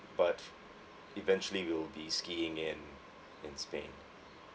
but eventually we'll be skiing in in spain